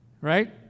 Right